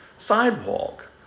sidewalk